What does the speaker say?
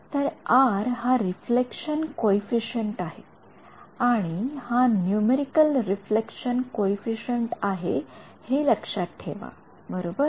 तर R हा reflection coefficient आहे आणि हा नूमेरिकेल रिफ्लेक्शन कॉइफिसिएंट आहे हे लक्षात ठेवा बरोबर